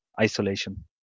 isolation